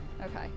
Okay